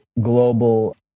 global